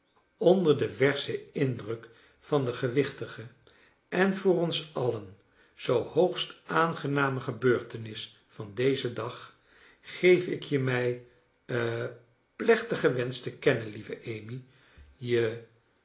onder den verschen indruk van de gewichtige en voor ons alien zoo hoogst aangename gebeurtenis van dezen dag geef ik je mijn ha plechtigen wensch te kennen lieve amy je